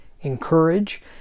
encourage